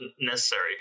necessary